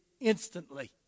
Instantly